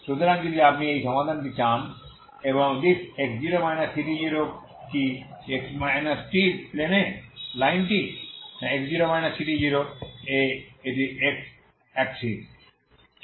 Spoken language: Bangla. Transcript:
সুতরাং যদি আপনি এই সমাধানটি চান এবং this x0 ct0কি x t প্লেনে লাইনটি x0 ct0 এ x axis টি কেটে দেয়